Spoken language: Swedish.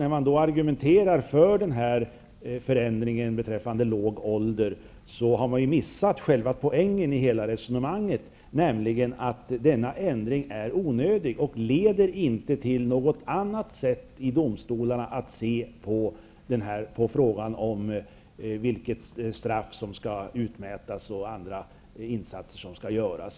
När man argumenterar för en förändring beträffande låg ålder har man ju missat själva poängen i resonemanget, nämligen att denna ändring är onödig och inte leder till att domstolarna på något annat sätt ser på frågan vilket straff som skall utmätas och vilka andra insatser som skall göras.